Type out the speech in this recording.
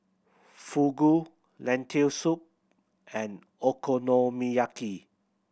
Fugu Lentil Soup and Okonomiyaki